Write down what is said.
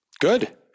good